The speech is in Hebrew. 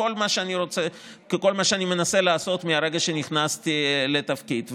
בכל מה שאני מנסה לעשות מהרגע שנכנסתי לתפקיד.